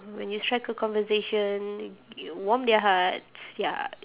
when you strike a conversation you warm their hearts ya